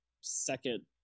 second